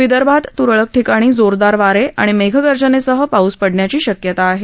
विदर्भात तुरळक ठिकाणी जोरदार वारे आणि मेघगर्जनेसह पाऊस पडण्याची शक्यता आहे